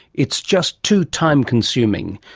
it's just too time-consuming,